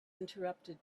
interrupted